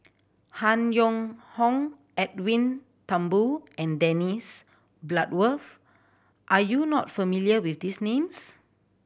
Han Yong Hong Edwin Thumboo and Dennis Bloodworth are you not familiar with these names